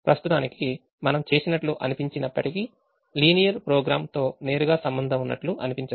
ప్రస్తుతానికి మనం చేసినట్లు అనిపించినప్పటికీ లీనియర్ ప్రోగ్రామ్తో నేరుగా సంబంధం ఉన్నట్లు అనిపించదు